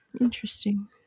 Interesting